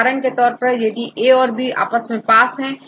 उदाहरण के तौर पर यहांA और B आपस में पास है